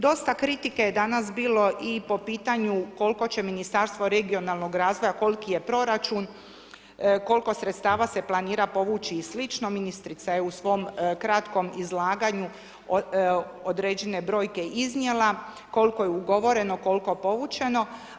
Dosta kritike je danas bilo i po pitanju koliko će Ministarstvo regionalnog razvoja, koliki je proračun, koliko sredstava se planira povući i slično, ministrica je u svom kratkom izlaganju određene brojke iznijela, koliko je ugovoreno, koliko povućeno.